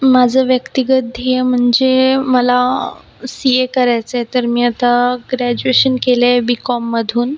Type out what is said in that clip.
माझं व्यक्तिगत ध्येय म्हनजे मला सीए करायचंय तर मी आता ग्रॅज्युएशन केलंय बीकॉममधून